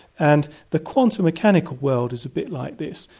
and the quantum mechanical world is a bit like this.